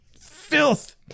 filth